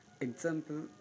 Example